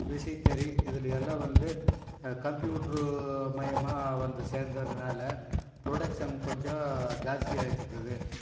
விசைத்தறி இதில் எல்லாம் வந்து கம்ப்யூட்ரு மயமாக வந்து சேர்ந்துறதுனால ப்ரொடக்ஷன் கொஞ்சம் ஜாஸ்தியாகிட்ருக்குது